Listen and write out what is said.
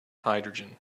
hydrogen